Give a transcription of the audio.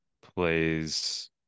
plays